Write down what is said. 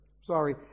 Sorry